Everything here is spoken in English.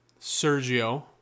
Sergio